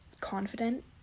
confident